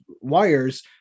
wires